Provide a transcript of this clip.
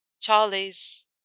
Charlie's—